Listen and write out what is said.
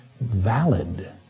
valid